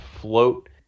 float